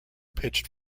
pitched